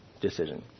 decision